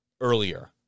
earlier